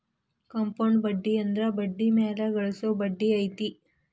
compound ಬಡ್ಡಿ ಅಂದ್ರ ಬಡ್ಡಿ ಮ್ಯಾಲೆ ಗಳಿಸೊ ಬಡ್ಡಿ ಐತಿ